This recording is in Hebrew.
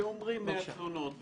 כשאומרים 100 תלונות,